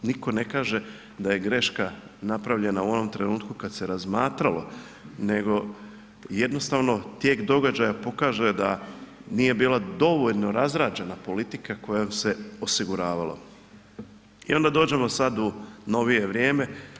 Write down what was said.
Nitko ne kaže da je greška napravljena u onom trenutku kad se razmatralo, nego jednostavno, tijek događaja pokaže da nije bila dovoljno razrađena politika kojom se osiguravalo i onda dođemo sad u novije vrijeme.